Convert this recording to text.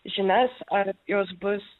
žinias ar jos bus